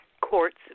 courts